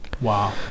Wow